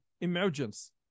emergence